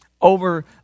over